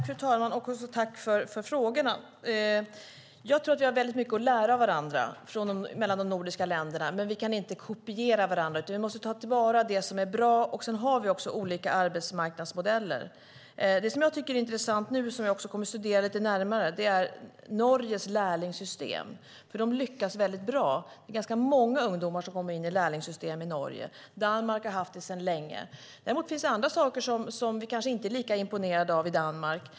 Fru talman! Tack, Maria Stenberg, för frågorna. Jag tror att vi har mycket att lära av varandra mellan de nordiska länderna, men vi kan inte kopiera varandra. Vi ska ta vara på det som är bra. Vi har olika arbetsmarknadsmodeller. Något som jag tycker är intressant och som jag kommer att studera närmare är Norges lärlingssystem som lyckas väldigt bra. Det är ganska många ungdomar som kommer in i lärlingssystemet i Norge. Danmark har det sedan länge. Det finns annat i Danmark som vi kanske inte är lika imponerade av.